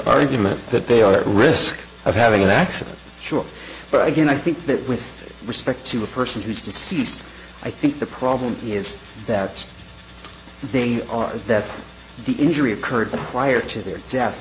argument that they are at risk of having an accident sure but again i think that with respect to the person who's deceased i think the problem is that they are that the injury occurred prior to their death